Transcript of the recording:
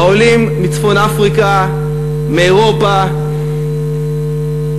העולים מצפון-אפריקה, מאירופה,